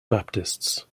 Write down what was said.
baptists